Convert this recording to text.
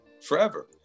forever